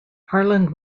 harland